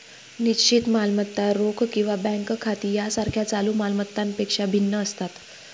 निश्चित मालमत्ता रोख किंवा बँक खाती यासारख्या चालू माल मत्तांपेक्षा भिन्न असतात